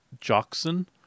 Jackson